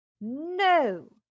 No